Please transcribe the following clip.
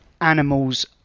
animals